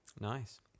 Nice